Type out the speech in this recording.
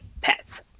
pets